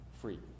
free